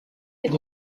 est